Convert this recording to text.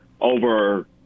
over